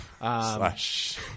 slash